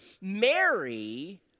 Mary